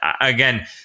Again